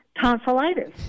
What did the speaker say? tonsillitis